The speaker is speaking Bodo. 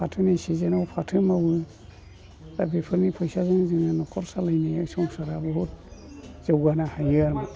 फाथोनि सिजेनाव फाथो मावो दा बेफोरनि फैसाजों जोङो न'खर सालायनो संसार जानायाव जौगानो हायो आरोमा